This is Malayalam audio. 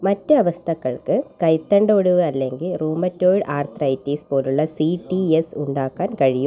മറ്റ് അവസ്ഥകൾക്ക് കൈത്തണ്ട ഒടിവ് അല്ലെങ്കിൽ റൂമറ്റോയ്ഡ് ആർത്രൈറ്റിസ് പോലെയുള്ള സി ടി എസ് ഉണ്ടാക്കാൻ കഴിയും